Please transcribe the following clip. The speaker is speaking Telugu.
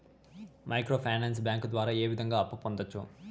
మైక్రో ఫైనాన్స్ బ్యాంకు ద్వారా ఏ విధంగా అప్పు పొందొచ్చు